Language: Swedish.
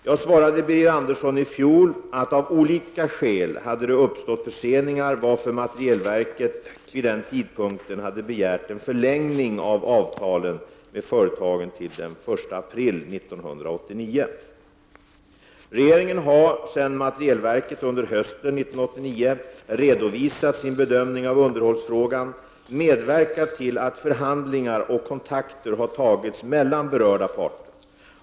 Jag svarade Birger Andersson i fjol att det av olika skäl hade uppstått förseningar, varför materielverket vid den tidpunkten hade begärt en förlängning av avtalen med företagen till den 1 april 1989. Regeringen har, sedan materielverket under hösten 1989 redovisat sin bedömning av underhållsfrågan, medverkat till att förhandlingar och kontakter har tagits mellan berörda parter.